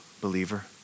believer